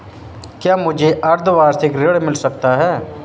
क्या मुझे अर्धवार्षिक ऋण मिल सकता है?